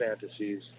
fantasies